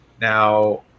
now